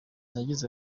yagize